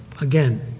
Again